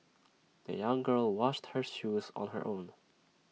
the young girl washed her shoes on her own